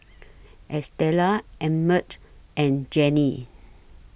Estela Emmet and Jenni